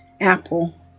apple